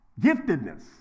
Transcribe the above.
Giftedness